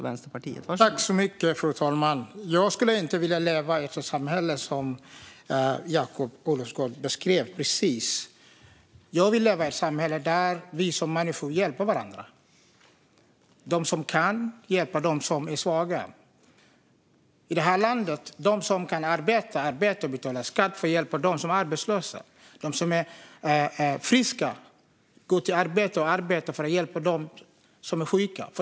Fru talman! Jag skulle inte vilja leva i ett sådant samhälle som Jakob Olofsgård precis beskrev. Jag vill leva i ett samhälle där vi människor hjälper varandra, där de som kan hjälper dem som är svaga. I det här landet arbetar de som kan arbeta, och de betalar skatt för att hjälpa dem som är arbetslösa. De som är friska går till arbetet och arbetar för att hjälpa dem som är sjuka.